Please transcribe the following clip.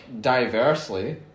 diversely